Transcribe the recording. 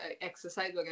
exercise